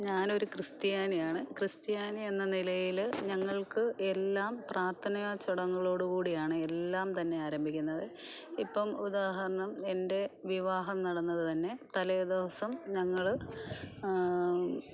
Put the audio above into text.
ഞാനൊരു ക്രിസ്ത്യാനിയാണ് ക്രിസ്ത്യാനി എന്ന നിലയില് ഞങ്ങൾക്ക് എല്ലാം പ്രാർത്ഥനാചടങ്ങുകളോടു കൂടിയാണ് എല്ലാം തന്നെ ആരംഭിക്കുന്നത് ഇപ്പോള് ഉദാഹരണം എൻ്റെ വിവാഹം നടന്നത് തന്നെ തലേ ദിവസം ഞങ്ങള്